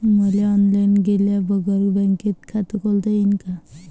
मले ऑनलाईन गेल्या बगर बँकेत खात खोलता येईन का?